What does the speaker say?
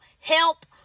help